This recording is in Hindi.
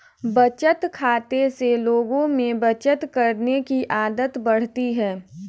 बचत खाते से लोगों में बचत करने की आदत बढ़ती है